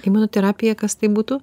imunoterapija kas tai būtų